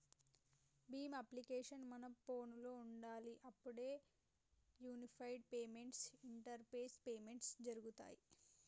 Bhim application మన ఫోనులో ఉండాలి అప్పుడే యూనిఫైడ్ పేమెంట్స్ ఇంటరపేస్ పేమెంట్స్ జరుగుతాయ్